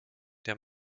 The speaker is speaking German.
der